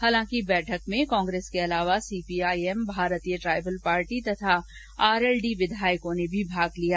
हालांकि बैठक में कांग्रेस के अलावा CPI M Bharatiya Tribal Party तथा आरएलडी के विधायकों ने भी भाग लिया